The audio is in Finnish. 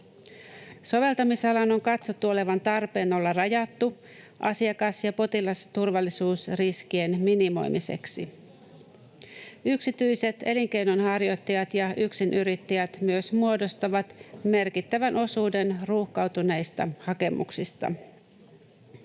Soveltamisalan on katsottu olevan tarpeen olla rajattu asiakas- ja potilasturvallisuusriskien minimoimiseksi. Yksityiset elinkeinonharjoittajat ja yksinyrittäjät myös muodostavat merkittävän osuuden ruuhkautuneista hakemuksista.